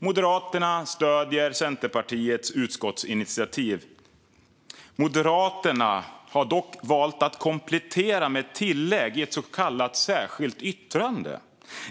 Moderaterna stöder Centerpartiets utskottsinitiativ. Moderaterna har dock valt att komplettera med ett tillägg, ett så kallat särskilt yttrande.